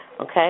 okay